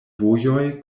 vojoj